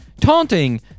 taunting